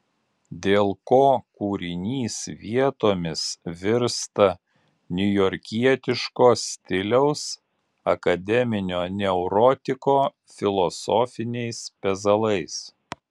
dėl ko kūrinys vietomis virsta niujorkietiško stiliaus akademinio neurotiko filosofiniais pezalais